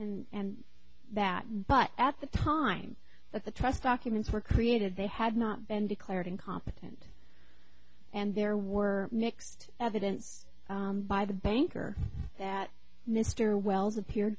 and that but at the time that the trust documents were created they had not been declared incompetent and there were next evidence by the banker that mr wells appear